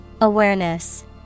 Awareness